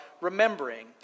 remembering